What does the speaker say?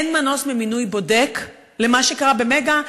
אין מנוס ממינוי בודק למה שקרה ב"מגה".